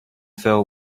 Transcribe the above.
fell